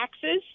taxes